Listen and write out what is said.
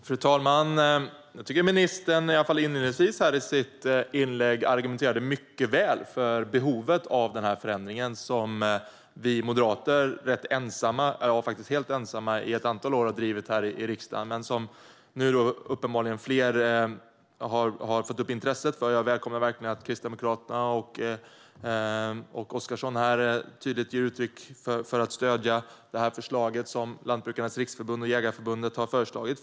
Fru talman! Jag tycker att ministern i varje fall inledningsvis i sitt inlägg argumenterade mycket väl för behovet av förändringen som vi moderater helt ensamma har drivit i ett antal år i riksdagen men som nu uppenbarligen fler har fått intresse för. Jag välkomnar verkligen att Kristdemokraterna och Magnus Oscarsson här tydligt ger uttryck för att stödja förslaget från Lantbrukarnas Riksförbund och Svenska Jägareförbundet.